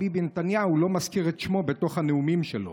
ביבי נתניהו לא מזכיר את שמו בתוך הנאומים שלו.